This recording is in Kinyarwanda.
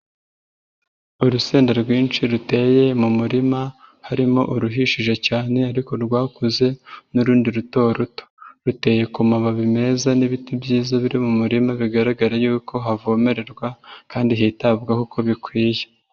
Urusenda rwinshi ruteye mu murima harimo uruhishije cyane ariko rwakuze n'urundi ruto ruto, ruteye ku mababi meza n'ibiti byiza biri mu murima bigaragara yuko havomererwa kandi hitabwaho uko bikwiye.